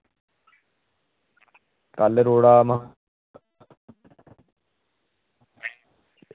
कम्म रोड़ै दा में हां